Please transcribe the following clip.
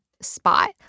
spot